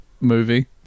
movie